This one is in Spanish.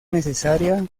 necesaria